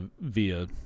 via